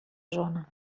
zona